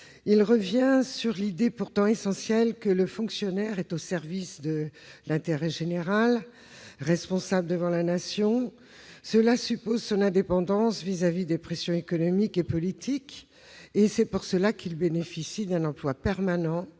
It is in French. Il revient sur l'idée, pourtant essentielle, que le fonctionnaire est au service de l'intérêt général, responsable devant la Nation, ce qui suppose son indépendance face aux pressions économiques et politiques. C'est pour cela qu'il bénéficie d'un emploi permanent,